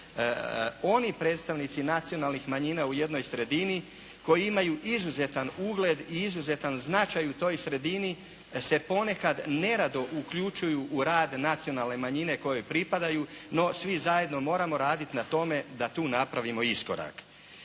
oni predstavnici nacionalnih manjina u jednoj sredini koji imaju izuzetan ugled i izuzetan značaj u toj sredini se ponekad nerado uključuju u rad nacionalne manjine kojoj pripadaju. No, svi zajedno moramo radit na tome da tu napravimo iskorak.